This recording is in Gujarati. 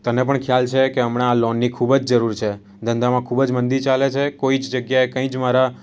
તને પણ ખ્યાલ છે કે હમણાં લોનની ખૂબ જ જરૂર છે ધંધામાં ખૂબ જ મંદી ચાલે છે કોઈ જ જગ્યાએ કંઈ જ મારા